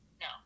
No